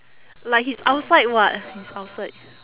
like he's outside [what] he's outside